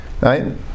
Right